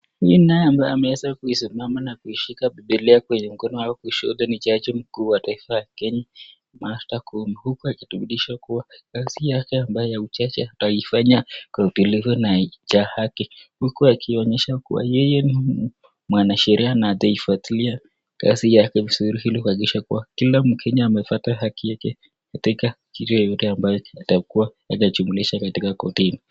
Huyu naye ambaye ameweza kusimama na kuishika Bibilia kwenye mkono wa kushoto ni jaji mkuu wa taifa ya Kenya Martha Koome, huku akithibitishwa kuwa kazi yake ambayo ya ujaji ataifanya kwa utulivu na kwa haki, huku akionyesha kuwa yeye ni mwanasheria na ataifuatilia kazi yake vizuri ili kuhakikisha kuwa kila Mkenya amepata haki yake katika kiti yoyote ambacho atakuwa amejumuishwa katika kotini.